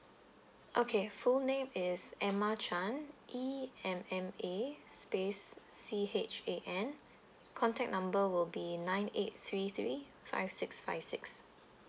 okay full name is emma chan E M M A space C H A N contact number will be nine eight three three five six five six